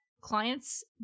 clients